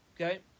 okay